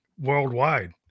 worldwide